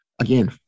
Again